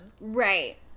Right